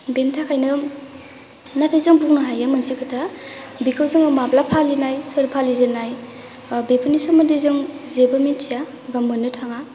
बेनि थाखायनो नाथाय जों बुंनो हायो मोनसे खोथा बेखौ जों माब्ला फालिनाय सोर फालिजेननाय बेफोरनि सोमोन्दै जों जेबो मिथिया एबा मोननो थाङा